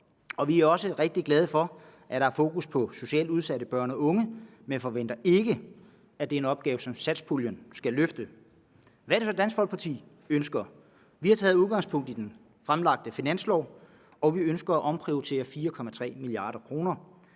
Vi er også rigtig glade for, at der er fokus på socialt udsatte børn og unge, men forventer ikke, at det er en opgave, som satspuljen skal løfte. Kl. 11:57 Hvad er det så, Dansk Folkeparti ønsker? Vi har taget udgangspunkt i den fremlagte finanslov. Vi ønsker at omprioritere 4,3 mia. kr.,